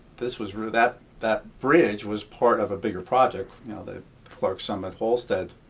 this was, that that bridge was part of a bigger project you know the clarks summit-hallstead